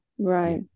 right